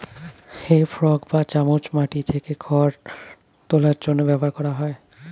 হে fork বা চামচ মাটি থেকে খড় তোলার জন্য ব্যবহার করা হয়